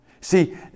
see